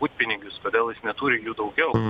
butpinigius kodėl jis neturi jų daugiau